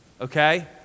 okay